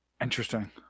Interesting